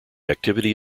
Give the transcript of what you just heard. activity